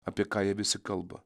apie ką jie visi kalba